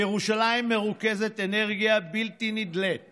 בירושלים מרוכזת אנרגיה בלתי נדלית